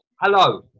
Hello